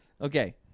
Okay